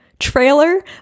trailer